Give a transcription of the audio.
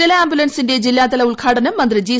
ജല ആംബുലൻസിന്റെ ജില്ലാതല ഉദ്ഘാടനം മന്ത്രി ജി